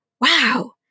wow